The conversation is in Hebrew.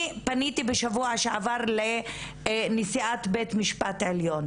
אני פניתי בשבוע שעבר לנשיאת בית המשפט העליון.